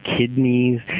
kidneys